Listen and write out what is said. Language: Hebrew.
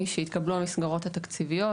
משהתקבלו המסגרות התקציביות,